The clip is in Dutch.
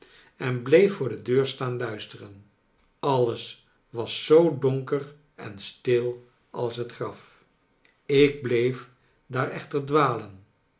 en bleef voor de deur staan luisteren alles was zoo donker en stil als het graf ik bleef daar echter dwalen